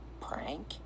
Prank